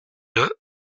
deux